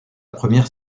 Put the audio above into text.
première